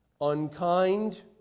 unkind